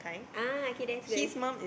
ah okay that's good